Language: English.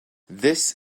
this